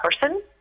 person